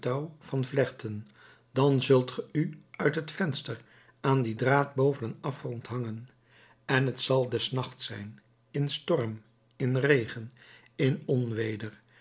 van vlechten dan zult ge u uit het venster aan dien draad boven een afgrond hangen en t zal des nachts zijn in storm in regen in